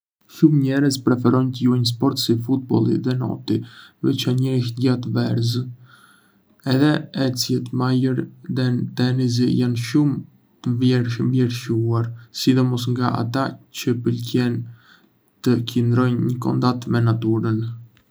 Shumë njerëz preferojnë të luajnë sporte si futbolli dhe noti, veçanërisht gjatë verës. Edhe ecjet malore dhe tenisi janë shumë të vlerësuar, sidomos nga ata që pëlqejnë të qëndrojnë në kontakt me natyrën.